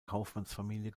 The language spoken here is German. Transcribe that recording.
kaufmannsfamilie